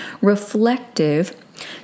reflective